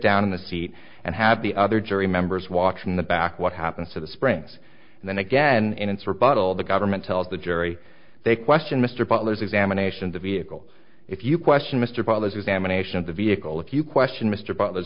down in the seat and have the other jury members watch in the back what happens to the springs and then again in its rebuttal the government tells the jury they question mr butler's examination of the vehicle if you question mr boyle examination of the vehicle if you question mr butler's